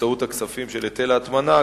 של היטל ההטמנה,